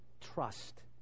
trust